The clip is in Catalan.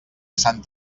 sant